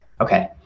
Okay